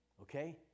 okay